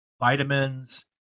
vitamins